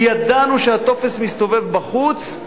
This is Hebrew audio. כי ידענו שהטופס מסתובב בחוץ,